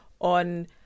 on